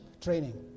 training